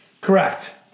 Correct